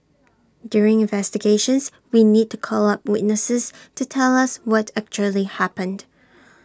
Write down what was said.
during investigations we need to call up witnesses to tell us what actually happened